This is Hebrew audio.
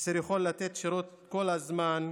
אשר יוכל לתת שירות כל הזמן,